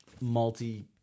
multi-